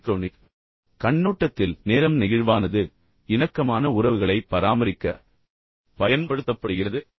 polychronic கண்ணோட்டத்தில் நேரம் நெகிழ்வானது இணக்கமான உறவுகளை பராமரிக்க பயன்படுத்தப்படுகிறது